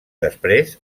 després